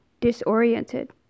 disoriented